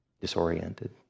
disoriented